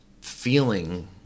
feeling